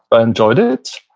but enjoyed it.